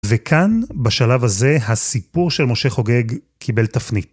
וכאן, בשלב הזה, הסיפור של משה חוגג קיבל תפנית.